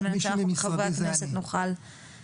כדי שאנחנו חברי הכנסת נוכל --- מישהו ממשרדי זה אני.